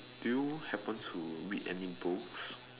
do you happen to read any books